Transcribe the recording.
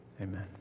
amen